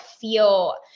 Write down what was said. feel